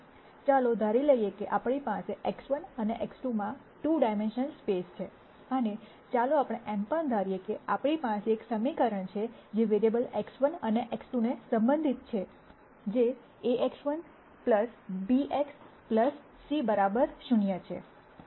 ચાલો ધારી લઈએ કે આપણી પાસે X1 અને X2માં 2 ડાયમેન્શનલ સ્પેસ છે અને ચાલો આપણે એમ પણ ધારીએ કે આપણી પાસે એક સમીકરણ છે જે વેરીએબલ્સ X1 અને X2 ને સંબંધિત છે જેaX1 bx c 0 છે